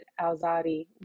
Alzadi